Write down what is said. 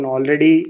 Already